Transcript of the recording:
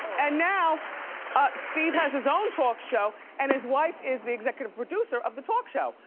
and now ah steve has his own talk show and his wife is the executive producer of the talk show.